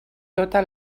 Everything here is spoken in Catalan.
tota